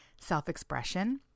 self-expression